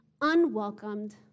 unwelcomed